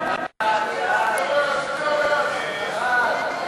את הצעת חוק מימון מפלגות (תיקון,